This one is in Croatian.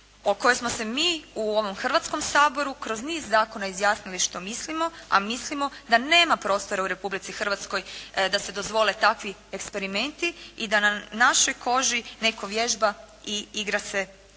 o kojoj smo se mi u ovom Hrvatskom saboru kroz niz zakona izjasnili što mislimo, a mislimo da nema prostora u Republici Hrvatskoj da se dozvole takvi eksperimenti i da na našoj koži netko vježba i igra se